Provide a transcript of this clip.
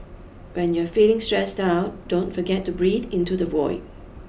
when you are feeling stressed out don't forget to breathe into the void